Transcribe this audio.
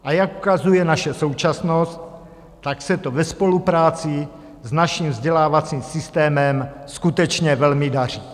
A jak ukazuje naše současnost, tak se to ve spolupráci s naším vzdělávacím systémem skutečně velmi daří.